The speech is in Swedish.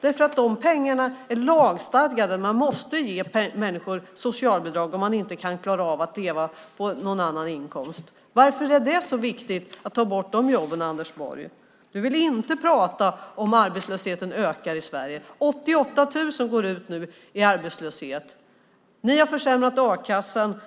De pengarna är nämligen lagstadgade; man måste ge människor socialbidrag då de inte kan klara av att leva på någon annan inkomst. Varför är det så viktigt att ta bort de jobben, Anders Borg? Du vill inte prata om att arbetslösheten ökar i Sverige. Nu går 88 000 ut i arbetslöshet. Ni har försämrat a-kassan.